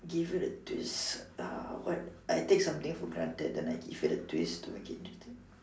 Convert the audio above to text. give it a twist uh what I take something for granted and I give it a twist to make it interesting